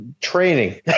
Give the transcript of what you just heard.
training